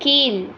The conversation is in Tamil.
கீழ்